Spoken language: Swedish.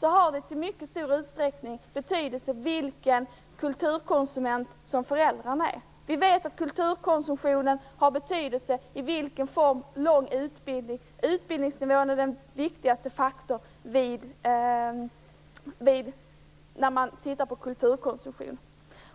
har det i mycket stor utsträckning betydelse vilken sorts kulturkonsument föräldrarna är. Vi vet att kulturkonsumtionen hänger ihop med utbildningsnivån. Utbildningsnivån är den viktigaste faktorn när man tittar på kulturkonsumtionen.